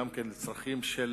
אלא גם הצרכים של